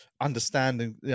understanding